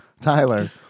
Tyler